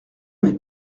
n’est